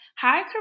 Hi